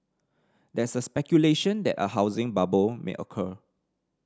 there is speculation that a housing bubble may occur